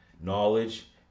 knowledge